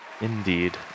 Indeed